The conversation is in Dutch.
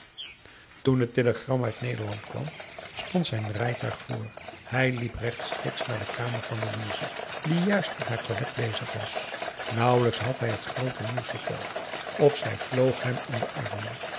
toen het telegram uit nederland kwam stond zijn rijtuig voor hij liep rechtstreeks naar de kamer van louise die juist aan haar toilet bezig was nauwelijks had hij het groote nieuws verteld of zij vloog hem in de armen